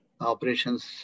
operations